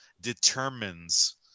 determines